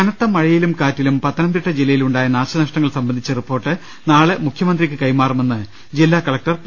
കനത്ത മഴയിലും കാറ്റിലും പത്തനംതിട്ട ജില്ലയിലുണ്ടായ നാശനഷ്ട ങ്ങൾ സംബന്ധിച്ച് റിപ്പോർട്ട് നാളെ മുഖ്യമന്ത്രിക്ക് കൈമാറുമെന്ന് ജില്ലാകലക്ടർ പി